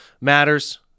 matters